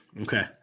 Okay